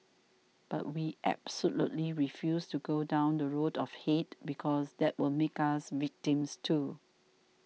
but we absolutely refused to go down the road of hate because that would make us victims too